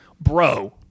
bro